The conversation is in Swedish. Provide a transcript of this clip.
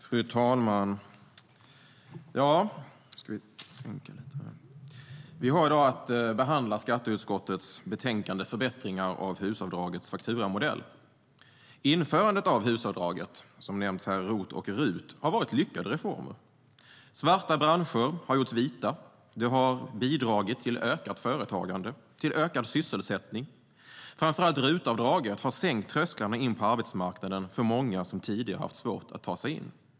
Fru talman! Vi har i dag att behandla skatteutskottets betänkande Förbättringar av husavdragets fakturamodell . Införandet av HUS-avdragen som nämnts här, det vill säga ROT och RUT, har varit lyckade reformer. Svarta branscher har gjorts vita. Det har bidragit till ökat företagande och till ökad sysselsättning. Framför allt RUT-avdraget har sänkt trösklarna in på arbetsmarknaden för många som tidigare haft svårt att ta sig in.